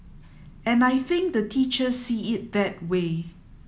and I think the teachers see it that way